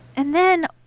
and then,